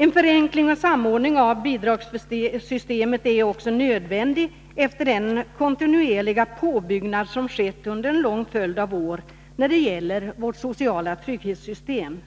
En förenkling och samordning av bidragssystemet är också nödvändig efter den kontinuerliga påbyggnad som skett under en lång följd av år när det gäller vårt sociala trygghetssystem.